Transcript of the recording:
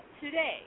today